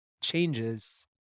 changes